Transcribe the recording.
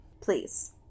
Please